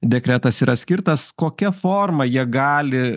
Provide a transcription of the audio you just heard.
dekretas yra skirtas kokia forma jie gali